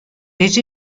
des